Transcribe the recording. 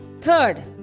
Third